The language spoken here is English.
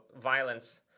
violence